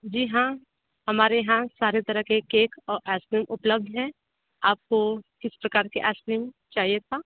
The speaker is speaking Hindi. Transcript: जी हाँ हमारे यहाँ सारे तरह के केक और आइसक्रीम उपलब्ध हैं आपको किस प्रकार की आइसक्रीम चाहिए था